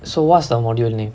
so what's the module name